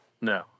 No